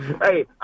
Hey